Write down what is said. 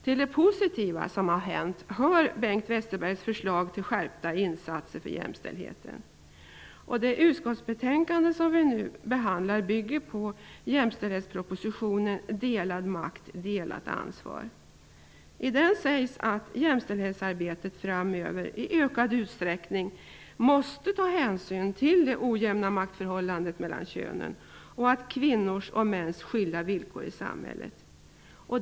Till det positiva som hänt hör Det utskottsbetänkande som vi nu behandlar bygger på jämställdhetspropositionen Delad makt -- delat ansvar. I propositionen sägs det att jämställdhetsarbetet framöver i ökad utsträckning måste ta hänsyn till det ojämna maktförhållandet mellan könen och till kvinnors och mäns skilda villkor i samhället.